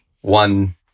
one